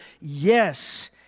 Yes